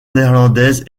néerlandaise